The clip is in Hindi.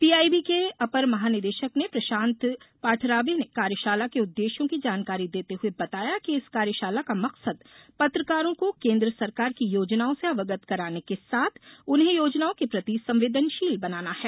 पीआईबी के अपर महानिदेशक ने प्रशान्त पाठराबे ने कार्यशाला के उद्देश्यों की जानकारी देते हुए बताया कि इस कार्यशाला का मकसद पत्रकारों को केन्द्र सरकार की योजनाओं से अवगत कराने के साथ उन्हें योजनाओं के प्रति संवेदनशील बनाना है